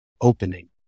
opening